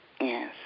Yes